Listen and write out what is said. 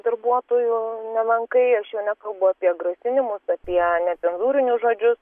darbuotojų nemenkai aš jau nekalbu apie grasinimus apie necenzūrinius žodžius